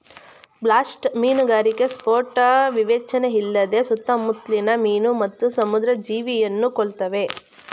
blast ಮೀನುಗಾರಿಕೆ ಸ್ಫೋಟ ವಿವೇಚನೆಯಿಲ್ಲದೆ ಸುತ್ತಮುತ್ಲಿನ ಮೀನು ಮತ್ತು ಸಮುದ್ರ ಜೀವಿಯನ್ನು ಕೊಲ್ತವೆ